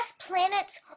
planets